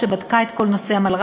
לבדוק את כל נושא המלר"דים,